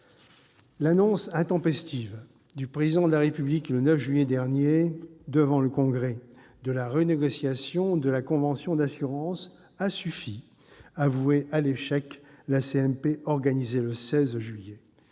L'annonce intempestive du Président de la République, le 9 juillet dernier, devant le Congrès, de la renégociation de la convention d'assurance a suffi à vouer à l'échec la CMP organisée le 16 juillet.